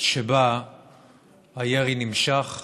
שבה הירי נמשך.